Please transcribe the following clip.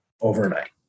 overnight